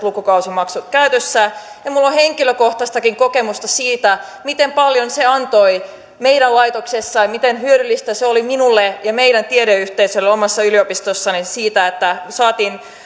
lukukausimaksut käytössä minulla on henkilökohtaistakin kokemusta siitä miten paljon se antoi meidän laitoksessa ja miten hyödyllistä se oli minulle ja meidän tiedeyhteisölle omassa yliopistossani että saatiin